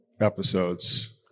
episodes